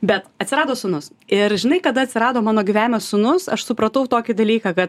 bet atsirado sūnus ir žinai kada atsirado mano gyvenime sūnus aš supratau tokį dalyką kad